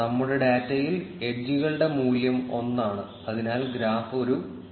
നമ്മുടെ ഡാറ്റയിൽ എഡ്ജുകളുടെ മൂല്യം ഒന്നാണ് അതിനാൽ ഗ്രാഫ് ഒരു നേർരേഖയാണ്